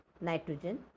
nitrogen